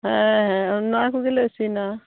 ᱦᱮᱸ ᱷᱮᱸ ᱚᱱᱟ ᱠᱚᱜᱮᱞᱮ ᱤᱥᱤᱱᱟ